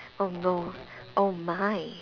oh no oh my